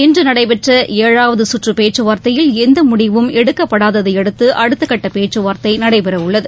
இன்ற நடைபெற்ற ஏழாவது சுற்று பேச்சுவார்த்தையில் எந்த முடிவும் எடுக்கப்படாததையடுத்து அடுத்த கட்ட பேச்சுவார்த்தை நடைபெற உள்ளது